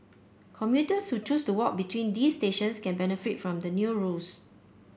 commuters who choose to walk between these stations can benefit from the new rules